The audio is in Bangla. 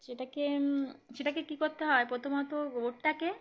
সেটাকে সেটাকে কী করতে হয় প্রথমত গোবরটাকে